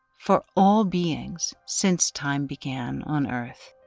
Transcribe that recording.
for all beings since time began on earth.